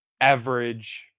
average